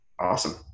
Awesome